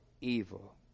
evil